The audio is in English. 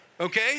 okay